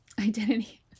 identity